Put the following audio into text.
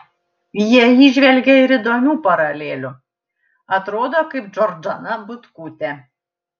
jie įžvelgė ir įdomių paralelių atrodo kaip džordana butkutė